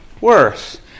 worse